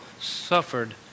suffered